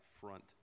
front